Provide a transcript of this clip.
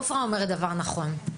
עפרה אומרת דבר נכון.